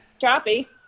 choppy